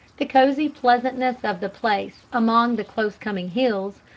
the cosy pleasantness of the place among the close-coming hills,